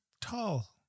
tall